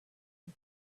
did